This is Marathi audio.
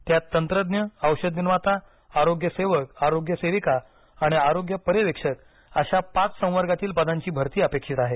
त्यात तंत्रज्ञ औषध निर्माता आरोग्य सेवक आरोग्य सेविका आणि आरोग्य पर्यवेक्षक अशा पाच संवर्गातील पदांची भरती अपेक्षित आहे